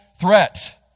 threat